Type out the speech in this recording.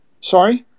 Sorry